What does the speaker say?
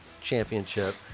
championship